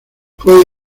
fue